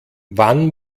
wann